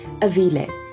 Avile